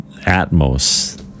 Atmos